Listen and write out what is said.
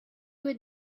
would